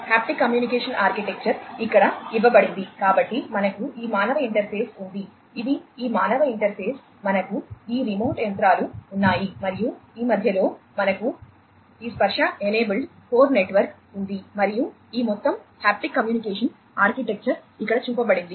haptic communication architecture ఉంది మరియు ఈ మొత్తం హాప్టిక్ కమ్యూనికేషన్ ఆర్కిటెక్చర్ ఇక్కడ చూపబడింది